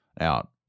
out